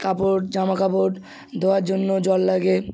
কাপড় জামাকাপড় ধোয়ার জন্য জল লাগে